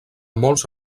molts